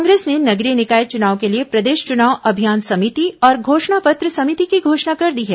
कांग्रेस ने नगरीय निकाय चुनाव के लिए प्रदेश चुनाव अभियान समिति और घोषणा पत्र समिति की घोषणा कर दी है